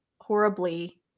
horribly